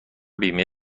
بیمه